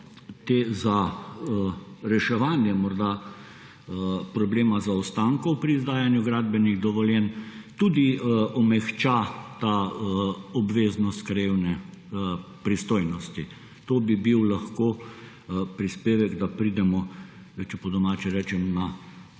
te za reševanje morda problema zaostankov pri izdajanju gradbenih dovoljenj, tudi omehča ta obveznost krajevne pristojnosti. To bi bil lahko prispevek, da pridemo, če po domače rečem, na